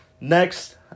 Next